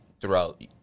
throughout